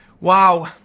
Wow